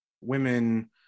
women